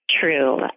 True